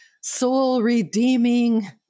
soul-redeeming